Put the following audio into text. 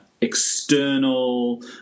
external